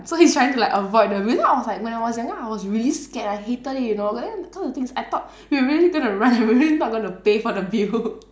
so he's trying to like avoid the bill you know when I was like when I was younger I was really scared I hated it you know but then cause the thing is I thought we really going to run we really not going to pay for the bill